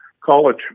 college